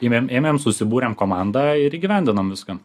imėm ėmėm subūrėm komandą ir įgyvendinom viską